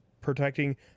protecting